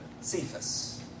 Cephas